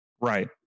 Right